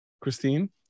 Christine